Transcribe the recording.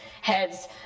heads